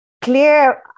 clear